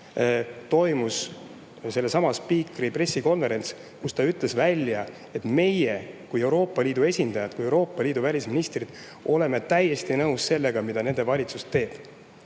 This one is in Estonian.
toimus sellesama spiikri pressikonverents, kus ta ütles välja, et meie kui Euroopa Liidu esindajad, kui Euroopa Liidu välisministrid oleme täiesti nõus sellega, mida nende valitsus teeb.